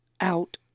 out